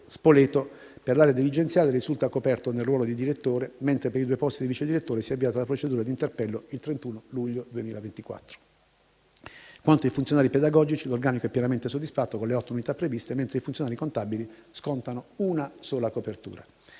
Spoleto per l'area dirigenziale risulta coperto nel ruolo del direttore, mentre per i due posti di vicedirettore si è avviata la procedura di interpello il 31 luglio 2024. Quanto ai funzionari pedagogici, l'organico è pienamente soddisfatto con le otto unità previste, mentre i funzionari contabili scontano una sola scopertura.